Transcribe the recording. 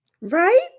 Right